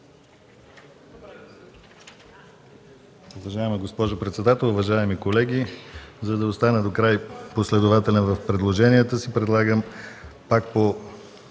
Добре,